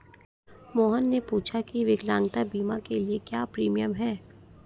मोहन ने पूछा की विकलांगता बीमा के लिए क्या प्रीमियम है?